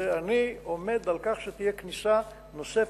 אני עומד על כך שתהיה כניסה נוספת,